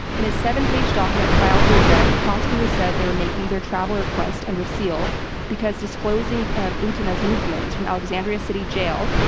in a seven-page document filed to a judge, prosecutors said they were making their travel request under seal because disclosing ah butina's movements from alexandria city jail,